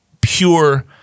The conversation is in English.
pure